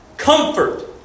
Comfort